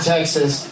Texas